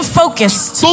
focused